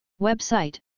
Website